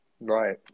right